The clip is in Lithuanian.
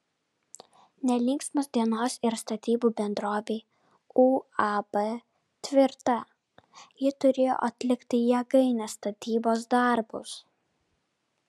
nelinksmos dienos ir statybų bendrovei uab tvirta ji turėjo atlikti jėgainės statybos darbus